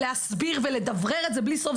להסביר ולדברר את זה בלי סוף.